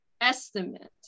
estimate